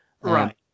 Right